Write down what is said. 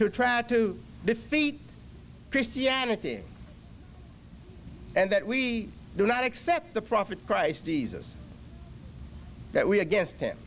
to trav to defeat christianity and that we do not accept the prophet christ jesus that we against him